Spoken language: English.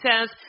says